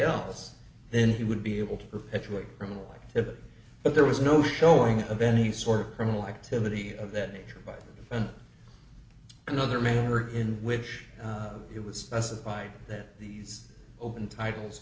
else then he would be able to perpetuate criminal activity but there was no showing of any sort of criminal activity of that nature and another manner in which it was specified that these open titles